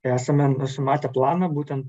esame nusimatę planą būten